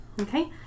Okay